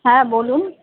হ্যাঁ বলুন